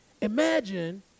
Imagine